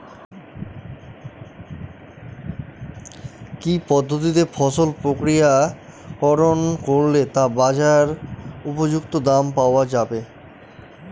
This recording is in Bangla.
কি পদ্ধতিতে ফসল প্রক্রিয়াকরণ করলে তা বাজার উপযুক্ত দাম পাওয়া যাবে?